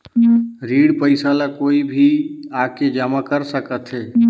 ऋण पईसा ला कोई भी आके जमा कर सकथे?